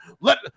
Let